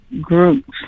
groups